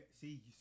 See